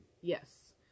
Yes